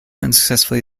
unsuccessfully